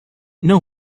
know